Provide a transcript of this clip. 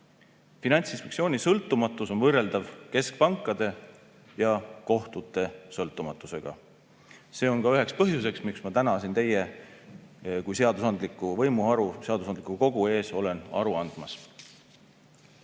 Finantsinspektsiooni sõltumatus on võrreldav keskpankade ja kohtute sõltumatusega. See on ka üks põhjus, miks ma täna siin teie kui seadusandliku võimuharu, seadusandliku kogu ees olen aru andmas.